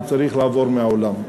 הוא צריך לעבור מן העולם.